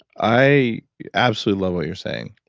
i absolutely love what you're saying.